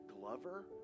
Glover